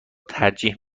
ترجیح